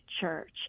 church